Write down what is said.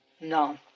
no